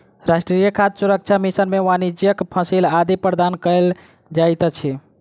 राष्ट्रीय खाद्य सुरक्षा मिशन में वाणिज्यक फसिल आदि प्रदान कयल जाइत अछि